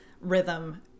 rhythm